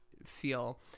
feel